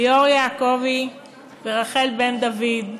ליאור יעקבי ורחל בן דוד.